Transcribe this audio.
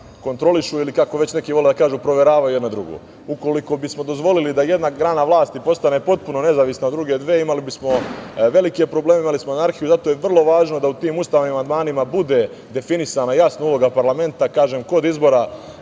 kontrolišu ili, kako već neki vole da kažu, proveravaju jedna drugu. Ukoliko bismo dozvolili da jedna grana vlasti postane potpuno nezavisna od druge dve, imali bismo velike probleme, imali bismo anarhiju. Zato je vrlo važno da u tim ustavnim amandmanima bude definisana jasna uloga parlamenta, kažem kod izbora